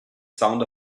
sound